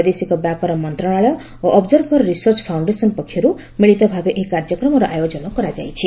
ବୈଦେଶିକ ବ୍ୟାପାର ମନ୍ତ୍ରଣାଳୟ ଓ ଅବ୍ଜର୍ଭର ରିସର୍ଚ୍ଚ ଫାଉଶ୍ଡେସନ ପକ୍ଷରୁ ମିଳିତ ଭାବେ ଏହି କାର୍ଯ୍ୟକ୍ରମର ଆୟୋଜନ କରାଯାଇଛି